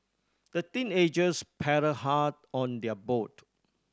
the teenagers paddled hard on their boat